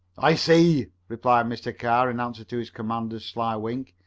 i see, replied mr. carr in answer to his commander's sly wink.